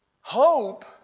Hope